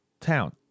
town